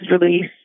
release